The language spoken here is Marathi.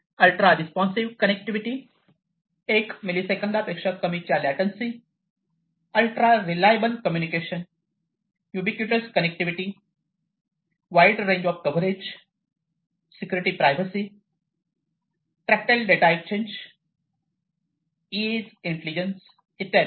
अल्ट्रा रेस्पॉन्सिव्ह कनेक्टिविटी 1 मिलिसेकंदपेक्षा कमीच्या latency ultra reliable communication ubiquitous connectivity wide range of coverage security privacy tactile data exchange edge intelligence इत्यादी